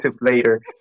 later